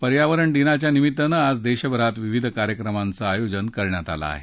पर्यावरण दिनाच्या निमित्तानं आज देशभरात विविध कार्यक्रमांचं आयोजन करण्यात आलं आहे